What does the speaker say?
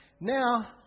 Now